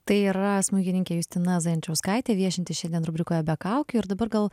tai yra smuikininkė justina zajančauskaitė viešinti šiandien rubrikoje be kaukių ir dabar gal